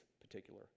particular